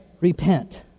Repent